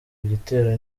gitero